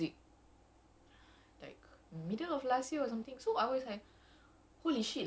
then I was like my god because uh I was I was into the music